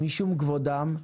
משום כבודם,